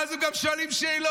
ואז הם גם שואלים שאלות,